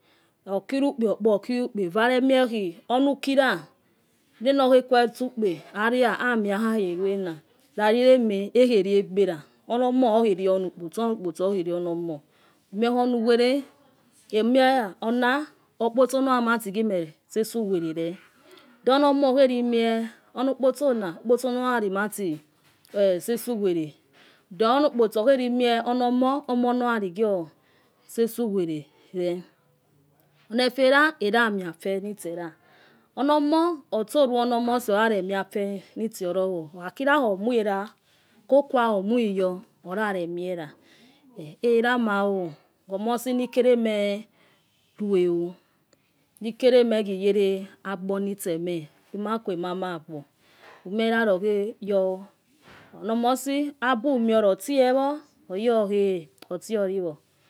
Okiru kpe okpa okirukpe eva aremie khi onu ukira neno khe que stu ukpe ari ha hami rakha kheruna rari ri eme ekheruegbera onomoh okhere onokpotso or no okotso ohereono omomoh emie onuwere emie ona okpotso na raratigime resi uwerere then onomore okherimie okokpotso na okpotso nana gime seso were then onokpotso okeri mie onomoh norarigior sese uwerere onefera eramie afenitena onomoh oto nenomosi oraremie afenisi rorowo okha kira okhakira omoi erah or omoi iyor orare miera eramaho womo binikere merue rikere megiyere agbo nitsehmeh makuemama agbo umie irara okheyor onomosi abumiori otiewo oyokhie otioriwo.